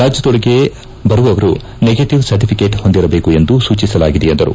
ರಾಜ್ಯದೊಳಗೆ ಬರುವವರು negative certificate ಹೊಂದಿರಬೇಕು ಎಂದು ಸೂಚಿಸಲಾಗಿದೆ ಎಂದರು